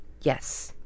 yes